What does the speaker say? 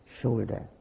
shoulder